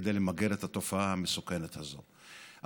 כדי למגר את התופעה המסוכנת הזאת,